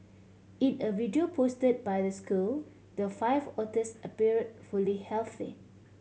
in a video post by the school the five otters appear fully healthy